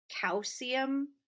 calcium